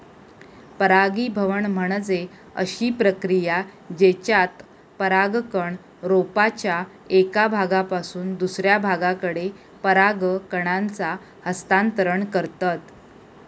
परागीभवन म्हणजे अशी प्रक्रिया जेच्यात परागकण रोपाच्या एका भागापासून दुसऱ्या भागाकडे पराग कणांचा हस्तांतरण करतत